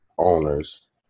owners